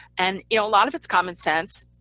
and you know a lot of it's common sense.